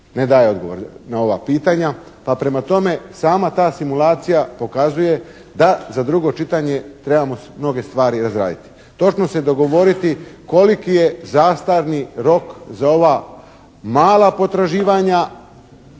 Ne daje odgovore na ova pitanja pa prema tome sama ta simulacija pokazuje da za drugo čitanje trebamo mnoge stvari razraditi. Točno se dogovoriti koliki je zastarni rok za ova mala potraživanja